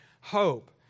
Hope